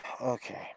Okay